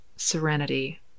serenity